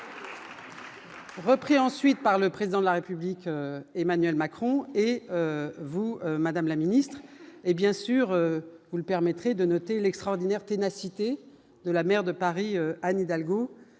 Repris ensuite par le président de la République, Emmanuel Macron et vous Madame la Ministre, et bien sûr le permettrait de noter l'extraordinaire ténacité de la maire de Paris, Anne Hidalgo